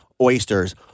oysters